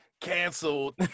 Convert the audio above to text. canceled